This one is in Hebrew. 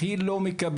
הכי לא מקבלת